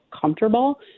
comfortable